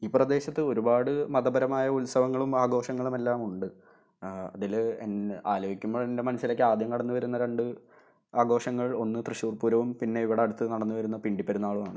ഈ പ്രദേശത്ത് ഒരുപാട് മതപരമായ ഉത്സവങ്ങളും ആഘോഷങ്ങളും എല്ലാം ഉണ്ട് അതിൽ ആലോചിക്കുമ്പോൾ എന്റെ മനസ്സിലേക്ക് ആദ്യം കടന്നു വരുന്ന രണ്ട് ആഘോഷങ്ങള് ഒന്ന് തൃശ്ശൂര് പൂരവും പിന്നെ ഇവിടെ അടുത്തു നടന്നു വരുന്ന പിണ്ടി പെരുന്നാളുമാണ്